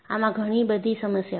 આમાં ઘણી બધી સમસ્યાઓ છે